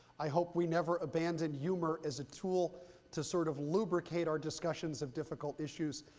i hope we never abandon humor as a tool to sort of lubricate our discussions of difficult issues.